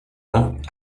ans